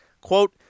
quote